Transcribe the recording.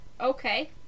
Okay